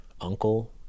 uncle